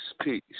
peace